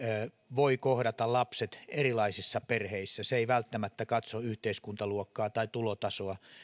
voivat kohdata lapset erilaisissa perheissä se ei välttämättä katso yhteiskuntaluokkaa tai tulotasoa